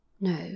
No